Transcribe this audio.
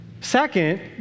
Second